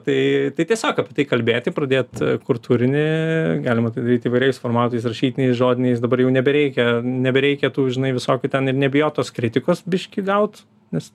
tai tiesiog apie tai kalbėti pradėt kurt turinį galima tai daryt įvairiais formatais rašytiniais žodiniais dabar jau nebereikia nebereikia tų žinai visokių ten ir nebijot tos kritikos biškį gaut nes